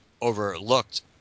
overlooked